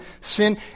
sin